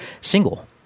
single